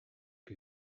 que